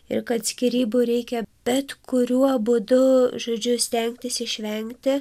ir kad skyrybų reikia bet kuriuo būdu žodžiu stengtis išvengti